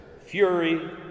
fury